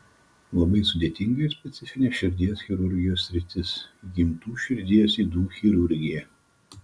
labai sudėtinga ir specifinė širdies chirurgijos sritis įgimtų širdies ydų chirurgija